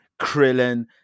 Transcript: krillin